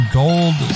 gold